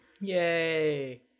yay